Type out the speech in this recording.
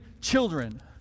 children